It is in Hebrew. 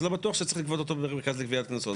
אז לא בטוח שצריך לגבות אותו במרכז לגביית הקנסות,